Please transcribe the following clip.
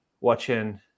watching